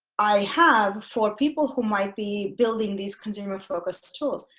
i have for people who might be building these consumer focused tools.